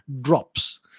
drops